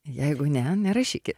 jeigu ne nerašykit